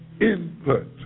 input